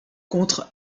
contre